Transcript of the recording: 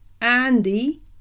andy